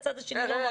את הצד השני לא מראים.